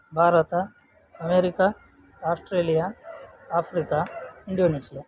Bharat America Australia Africa Indonesia